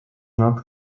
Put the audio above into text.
not